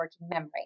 memory